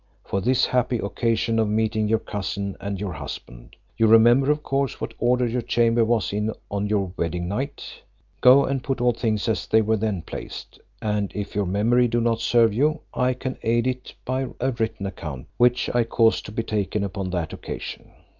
for this happy occasion of meeting your cousin and your husband! you remember, of course, what order your chamber was in on your wedding night go and put all things as they were then placed and if your memory do not serve you, i can aid it by a written account, which i caused to be taken upon that occasion.